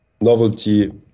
novelty